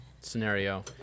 scenario